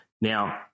Now